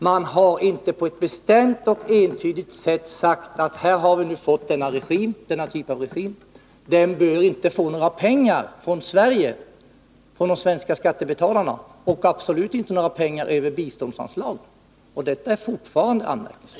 Man har inte på ett bestämt och entydigt sätt sagt att här har vi nu fått en typ av regim som inte bör få några pengar från de svenska skattebetalarna och absolut inte några pengar över biståndsanslaget. Detta är fortfarande anmärkningsvärt.